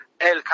El